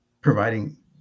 providing